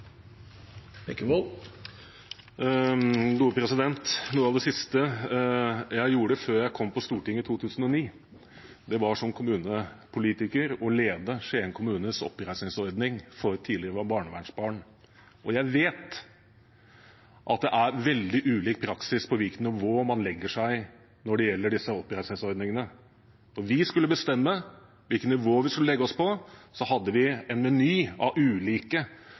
Stortinget i 2009, var som kommunepolitiker å lede Skien kommunes oppreisningsordning for tidligere barnevernsbarn. Jeg vet det er veldig ulik praksis på hvilket nivå man legger seg når det gjelder disse oppreisningsordningene. Vi skulle bestemme hvilket nivå vi skulle legge oss på, og så hadde vi en meny av ulike